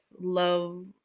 love